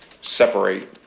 separate